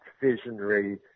visionary